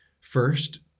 First